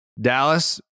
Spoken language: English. Dallas